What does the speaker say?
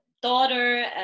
Daughter